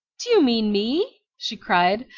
do you mean me? she cried,